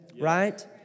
right